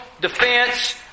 defense